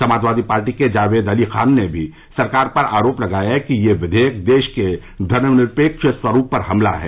Samajwadi party के जावेद अली खान ने भी सरकार पर आरोप लगाया कि यह विवेयक देश के धर्म निरपेक्ष स्वरूप पर हमला है